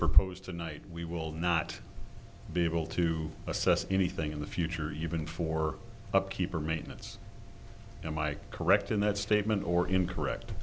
proposed tonight we will not be able to assess anything in the future even for upkeep or maintenance am i correct in that statement or incorrect